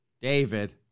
David